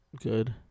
Good